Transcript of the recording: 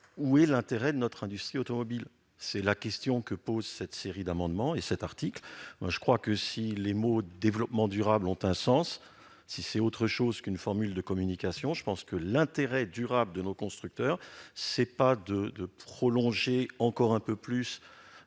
est l'intérêt de notre industrie automobile ? C'est la question soulevée au travers de cette série d'amendements et de cet article 45. Si les mots « développement durable » ont un sens, s'ils sont autre chose qu'une formule de communication, il me semble que l'intérêt durable de nos constructeurs n'est pas de prolonger encore un peu plus